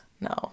no